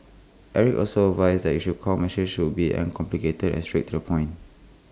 Eric also advised that your core message should be uncomplicated and straight to the point